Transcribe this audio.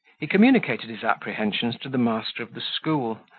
he communicated his apprehensions to the master of the school,